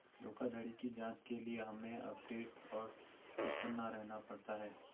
धोखाधड़ी की जांच के लिए हमे अपडेट और चौकन्ना रहना पड़ता है